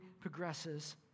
progresses